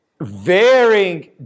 varying